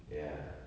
ya